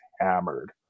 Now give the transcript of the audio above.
hammered